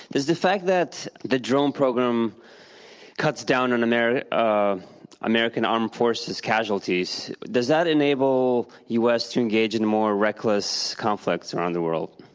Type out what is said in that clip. does the fact that the drone program cuts down on american um american armed forces casualties, does that enable the u. s. to engage in more reckless conflicts around the world?